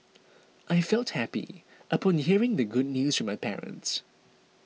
I felt happy upon hearing the good news from my parents